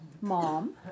mom